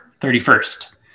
31st